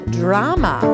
drama